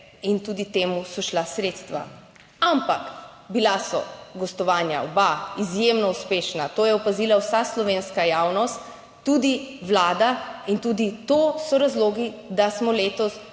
in tudi temu so šla sredstva Ampak, bila so gostovanja, oba, izjemno uspešna, to je opazila vsa slovenska javnost, tudi vlada in tudi to so razlogi, da smo letos